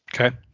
Okay